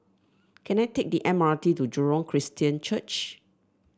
can I take the M R T to Jurong Christian Church